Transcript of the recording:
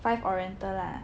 Five Oriental lah